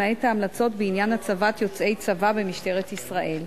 למעט ההמלצות בעניין הצבת יוצאי צבא במשטרת ישראל.